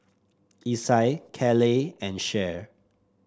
Isai Caleigh and Cher